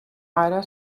ara